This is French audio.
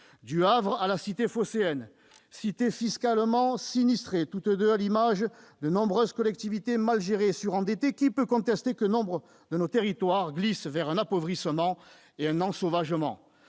Du Havre à la cité phocéenne, communes fiscalement sinistrées, toutes deux à l'image de nombreuses collectivités mal gérées et surendettées, qui peut contester que nombre de nos territoires glissent vers un appauvrissement et un ensauvagement ?